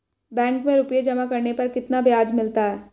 Bank में रुपये जमा करने पर कितना ब्याज मिलता है?